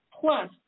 Plus